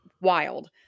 wild